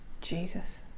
Jesus